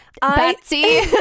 Betsy